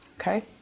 Okay